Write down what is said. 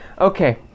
Okay